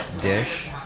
dish